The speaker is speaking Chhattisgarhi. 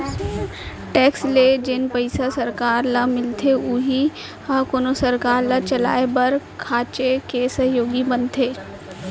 टेक्स ले जेन पइसा सरकार ल मिलथे उही ह कोनो सरकार ल चलाय बर काहेच के सहयोगी बनथे